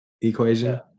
equation